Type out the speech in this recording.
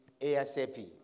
ASAP